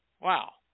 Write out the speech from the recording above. Wow